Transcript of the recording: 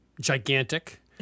gigantic